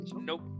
Nope